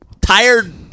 tired